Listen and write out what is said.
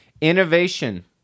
innovation